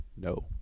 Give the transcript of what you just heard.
No